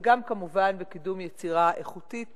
וגם, כמובן, בקידום יצירה איכותית